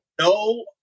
no